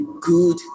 good